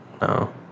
No